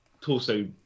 torso